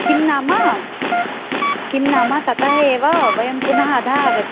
किन्नाम किन्नाम ततः एव वयं पुनः अधः आग